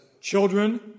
Children